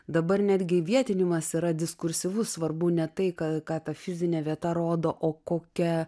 dabar netgi įvietinimas yra diskursyvus svarbu ne tai ką ką ta fizinė vieta rodo o kokia